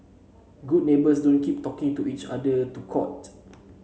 good neighbours don't keep taking to each other to court